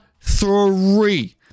three